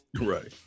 right